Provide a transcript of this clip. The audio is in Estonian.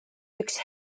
üks